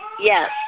yes